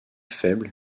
faible